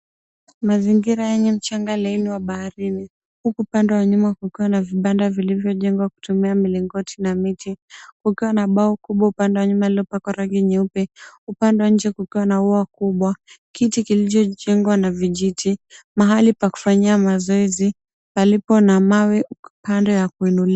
Mazingira yenye mchanga laini wa baharini, huku upande wa nyuma kukiwa na vibanda vilivyojengwa kutumia mlingoti na miti, kukiwa na bao kubwa upande wa nyuma lililopakwa rangi nyeupe upande wa nje kukiwa na ua kubwa, kiti kilichojengwa na vijiti mahali pa kufanyia mazoezi palipo na mawe upande wa kuinulia.